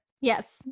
Yes